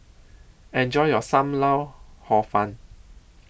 Enjoy your SAM Lau Hor Fun